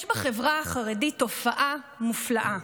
יש בחברה החרדית תופעה מופלאה,